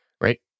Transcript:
Right